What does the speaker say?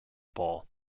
ball